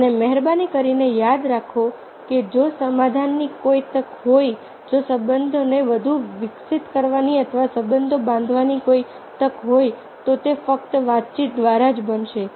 અને મહેરબાની કરીને યાદ રાખો કે જો સમાધાનની કોઈ તક હોય જો સંબંધોને વધુ વિકસિત કરવાની અથવા સંબંધો બાંધવાની કોઈ તક હોય તો તે ફક્ત વાતચીત દ્વારા જ બનશે